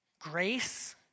Grace